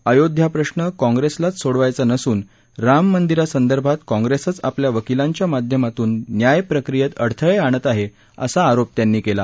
अयोध्या प्रश्र काँग्रेसलाच सोडवायचा नसून राम मंदिरासंदर्भात काँप्रेसच आपल्या वकिलांच्या माध्यमातून न्याय प्रक्रियेत अडथळे आणत आहे असा आरोप त्यांनी केला